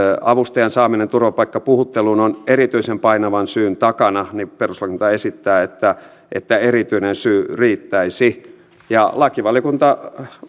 avustajan saaminen turvapaikkapuhutteluun on erityisen painavan syyn takana niin perustuslakivaliokunta esittää että että erityinen syy riittäisi ja lakivaliokunta